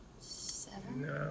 Seven